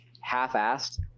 half-assed